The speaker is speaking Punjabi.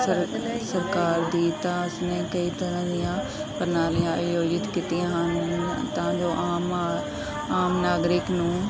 ਸਰ ਸਰਕਾਰ ਦੀ ਤਾਂ ਇਸਨੇ ਕਈ ਤਰ੍ਹਾਂ ਦੀਆਂ ਪ੍ਰਣਾਲੀਆਂ ਆਯੋਜਿਤ ਕੀਤੀਆਂ ਹਨ ਤਾਂ ਜੋ ਆਮ ਅ ਆਮ ਨਾਗਰਿਕ ਨੂੰ